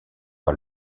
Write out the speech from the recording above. par